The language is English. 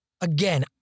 Again